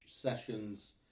sessions